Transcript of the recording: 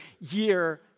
year